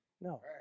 No